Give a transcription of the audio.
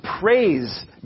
praise